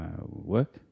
work